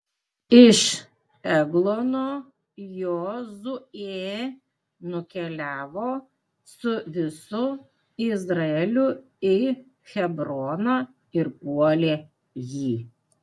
iš eglono jozuė nukeliavo su visu izraeliu į hebroną ir puolė jį